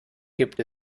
gibt